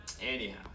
anyhow